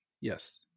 yes